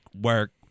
work